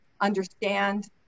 understand